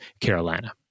Carolina